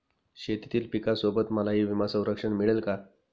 शेतीतील पिकासोबत मलाही विमा संरक्षण मिळेल का?